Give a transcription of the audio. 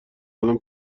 الان